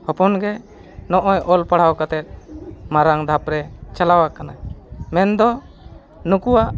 ᱦᱚᱯᱚᱱ ᱜᱮ ᱱᱚᱜᱼᱚᱭ ᱚᱞ ᱯᱟᱲᱦᱟᱣ ᱠᱟᱛᱮᱫ ᱢᱟᱨᱟᱝ ᱫᱷᱟᱯ ᱨᱮ ᱪᱟᱞᱟᱣ ᱠᱟᱱᱟᱭ ᱢᱮᱱᱫᱚ ᱱᱩᱠᱩᱣᱟᱜ